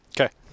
Okay